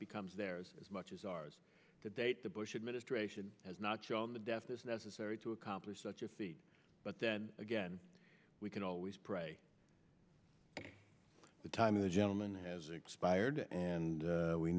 becomes theirs as much as ours to date the bush administration has not shown the death is necessary to accomplish such a feat but then again we can always pray the time of the gentleman has expired and we